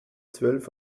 zwölf